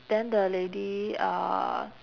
then the lady uh